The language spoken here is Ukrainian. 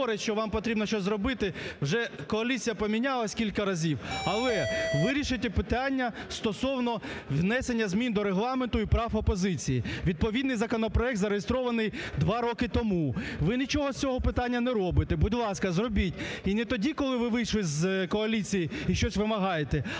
хто говорить, що вам потрібно щось зробити. Вже коаліція помінялась кілька разів, але вирішить питання стосовно внесення змін до Регламенту і прав опозиції. Відповідний законопроект зареєстрований два роки тому. Ви нічого з цього питання не робите. Будь ласка, зробіть. І не тоді, коли ви вийшли з коаліції і щось вимагаєте,